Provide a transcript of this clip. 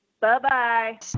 Bye-bye